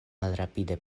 malrapide